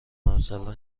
مثلا